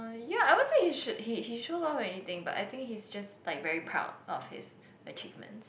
uh ya I won't say he he shows off everything but I think he's just very proud of his achievements